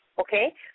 okay